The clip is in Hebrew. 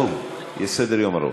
בואו, יש סדר-יום ארוך.